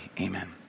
amen